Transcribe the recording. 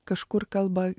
kažkur kalba